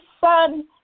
son